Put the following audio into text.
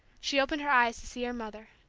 she opened her eyes to see her mother.